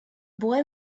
boy